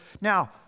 now